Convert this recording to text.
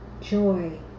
joy